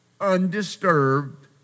Undisturbed